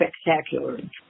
spectacular